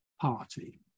party